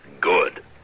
Good